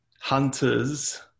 hunters